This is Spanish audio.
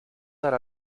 dar